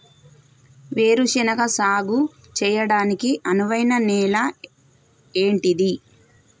వేరు శనగ సాగు చేయడానికి అనువైన నేల ఏంటిది?